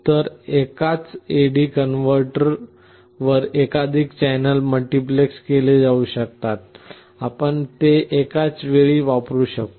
तर एकाच AD कन्व्हर्टरवर एकाधिक चॅनेल मल्टिप्लेक्स केले जाऊ शकतात आणि आपण ते एकाच वेळी वापरू शकतो